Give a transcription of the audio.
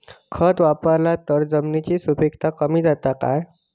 खत वापरला तर जमिनीची सुपीकता कमी जाता काय?